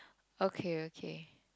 okay okay